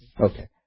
Okay